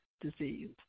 disease